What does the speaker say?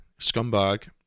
scumbag